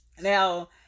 now